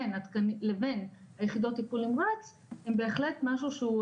לבין יחידות טיפול נמרץ הן בהחלט משהו שהוא,